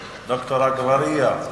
לסדר-היום.